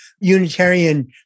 Unitarian